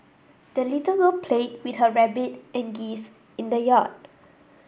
the little girl played with her rabbit and geese in the yard